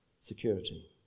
security